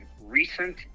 recent